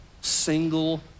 single